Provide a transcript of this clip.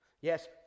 Yes